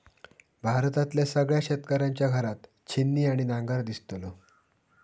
भारतातल्या सगळ्या शेतकऱ्यांच्या घरात छिन्नी आणि नांगर दिसतलो